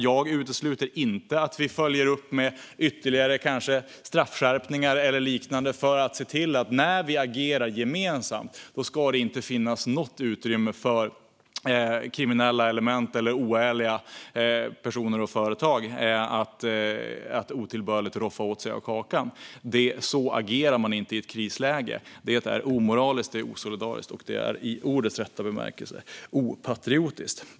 Jag utesluter inte att vi följer upp med ytterligare straffskärpningar eller liknande, för att se till att det när vi agerar gemensamt inte finns något utrymme för kriminella element eller oärliga personer och företag att otillbörligt roffa åt sig av kakan. Så agerar man inte i ett krisläge. Det är omoraliskt, osolidariskt och i ordets rätta bemärkelse opatriotiskt.